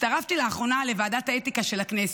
הצטרפתי לאחרונה לוועדת האתיקה של הכנסת,